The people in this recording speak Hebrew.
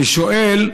אני שואל: